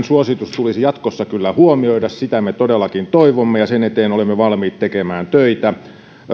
suositus tulisi jatkossa kyllä huomioida sitä me todellakin toivomme ja sen eteen olemme valmiit tekemään töitä